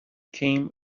came